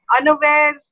unaware